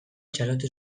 txalotu